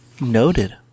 Noted